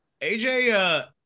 AJ